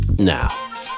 Now